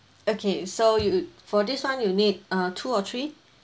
okay so you for this [one] you need uh two or three